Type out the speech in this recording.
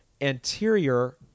Anterior